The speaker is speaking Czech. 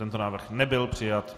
Tento návrh nebyl přijat.